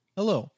Hello